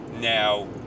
now